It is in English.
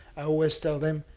i always tell them